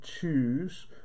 choose